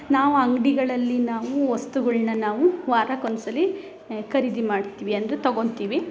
ನಾವು ಅಂಗಡಿಗಳಲ್ಲಿ ನಾವು ವಸ್ತುಗಳ್ನ ನಾವು ವಾರಕ್ಕೆ ಒಂದ್ಸಲಿ ಖರೀದಿ ಮಾಡ್ತೀವಿ ಅಂದರೆ ತಗೋತೀವಿ